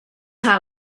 heart